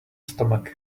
stomach